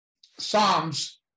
psalms